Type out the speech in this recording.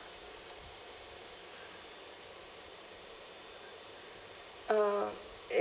uh